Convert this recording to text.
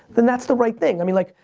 then that's the right thing. i mean like,